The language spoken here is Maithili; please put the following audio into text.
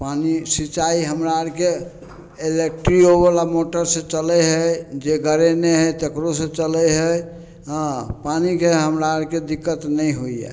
पानि सिचाइ हमरा अरके इलेक्ट्रियोवला मोटरसंँचलय हइ जे गरेने हइ तकरोसँ चलय हइ हँ पानिके हमरा अरके दिक्कत नहि होइ यऽ